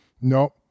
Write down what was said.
No